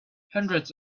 hundreds